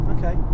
Okay